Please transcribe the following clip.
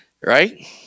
right